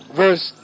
verse